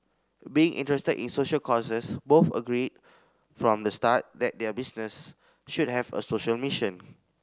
being interested in social causes both agreed from the start that their business should have a social mission